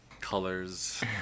Colors